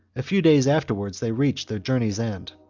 a few days afterwards they reached their journey's end.